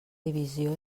divisió